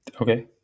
okay